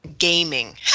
gaming